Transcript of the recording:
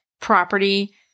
property